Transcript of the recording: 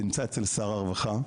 זה נמצא אצל שר הרווחה,